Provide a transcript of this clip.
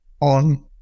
on